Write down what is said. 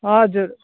हजुर